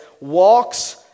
walks